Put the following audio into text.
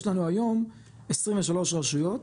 יש לנו היום 23 רשויות